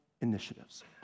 initiatives